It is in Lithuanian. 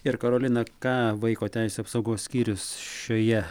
ir karolina ką vaiko teisių apsaugos skyrius šioje